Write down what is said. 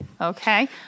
Okay